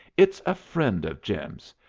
it's a friend of jim's.